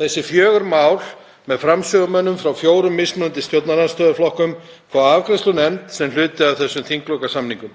Þessi fjögur mál með framsögumönnum frá fjórum mismunandi stjórnarandstöðuflokkum fá afgreiðslu úr nefnd sem hluti af þessum þinglokasamningum.